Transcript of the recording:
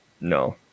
No